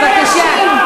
בבקשה.